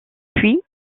puis